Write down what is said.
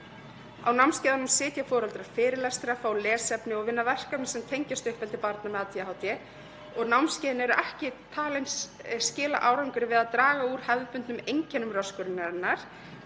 Á námskeiðunum sitja foreldrar fyrirlestra, fá lesefni og vinna verkefni sem tengjast uppeldi barna með ADHD. Námskeiðin eru ekki talin skila árangri við að draga úr hefðbundnum einkennum röskunarinnar,